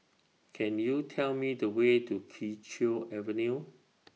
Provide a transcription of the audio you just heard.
Can YOU Tell Me The Way to Kee Choe Avenue